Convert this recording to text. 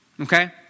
okay